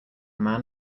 man